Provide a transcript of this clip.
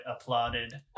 applauded